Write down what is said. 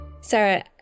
Sarah